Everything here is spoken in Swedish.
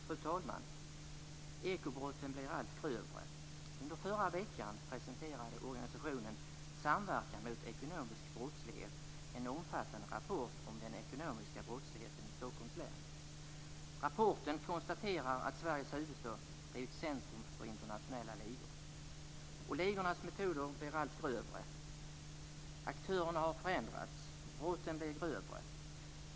Fru talman! Ekobrotten blir allt grövre. Under förra veckan presenterade organisationen Samverkan mot ekonomisk brottslighet en omfattande rapport om den ekonomiska brottsligheten i Stockholms län. Rapporten konstaterar att Sveriges huvudstad har blivit centrum för internationella ligor. Ligornas metoder blir allt grövre. Aktörerna har förändrats. Brotten blir allt grövre.